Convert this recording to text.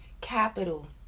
capital